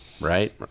right